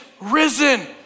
risen